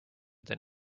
than